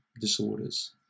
disorders